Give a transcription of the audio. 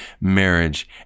marriage